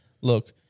Look